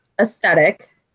aesthetic